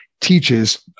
teaches